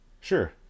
Sure